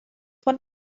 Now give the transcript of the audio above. von